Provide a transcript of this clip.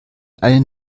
eine